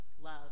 love